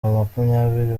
makumyabiri